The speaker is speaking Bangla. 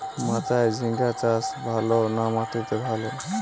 মাচায় ঝিঙ্গা চাষ ভালো না মাটিতে ভালো?